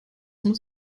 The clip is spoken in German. muss